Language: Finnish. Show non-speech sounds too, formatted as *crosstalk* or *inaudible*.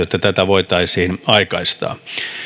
*unintelligible* että tätä voitaisiin aikaistaa